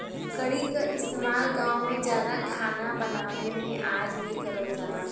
लकड़ी क इस्तेमाल गांव में जादा खाना बनावे में आज भी करल जाला